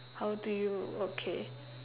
how do you okay